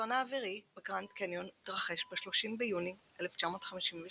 האסון האווירי בגרנד קניון התרחש ב-30 ביוני 1956,